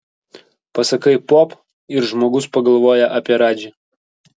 pasakai pop ir žmogus pagalvoja apie radžį